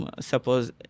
Suppose